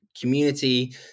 community